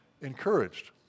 encouraged